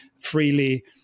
freely